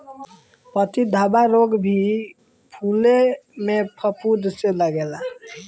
पत्ती धब्बा रोग भी फुले में फफूंद से लागेला